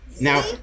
Now